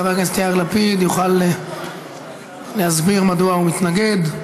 חבר הכנסת יאיר לפיד יוכל להסביר מדוע הוא מתנגד.